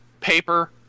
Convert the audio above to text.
paper